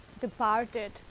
departed